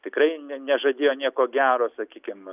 tikrai ne nežadėjo nieko gero sakykim